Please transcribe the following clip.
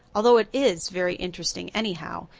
although it is very interesting anyhow.